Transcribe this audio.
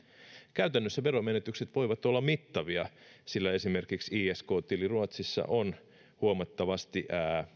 käytännössä veromenetykset voivat olla mittavia sillä esimerkiksi isk tili ruotsissa on sijoittajalle huomattavasti